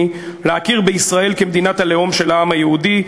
להכיר בישראל כמדינת הלאום של העם היהודי.